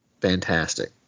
fantastic